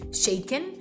shaken